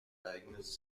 eigenes